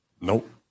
nope